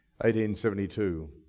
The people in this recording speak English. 1872